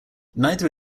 neither